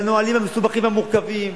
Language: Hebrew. ולנהלים המסובכים והמורכבים,